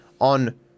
on